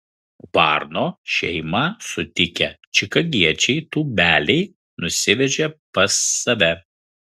varno šeimą sutikę čikagiečiai tūbeliai nusivežė pas save